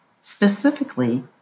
Specifically